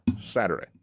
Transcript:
Saturday